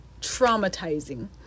traumatizing